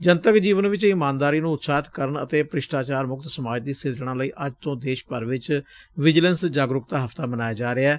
ਜਨਤਕ ਜੀਵਨ ਵਿਚ ਇਮਾਨਦਾਰੀ ਨੂੰ ਉਤਸ਼ਾਹਿਤ ਕਰਨ ਅਤੇ ਭ੍ਸਿਸਟਾਚਾਰ ਮੁਕਤ ਸਮਾਜ ਦੀ ਸਿਰਜਣਾ ਲਈ ਅੱਜ ਤੋਂ ਦੇਸ਼ ਭਰ ਚ ਵਿਜੀਲੈਂਸ ਜਾਗਰੁਕਤਾ ਹਫ਼ਤਾ ਮਨਾਇਆ ਜਾ ਰਿਹੈ